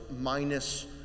minus